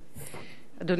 אדוני היושב-ראש,